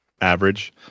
average